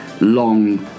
long